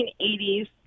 1980s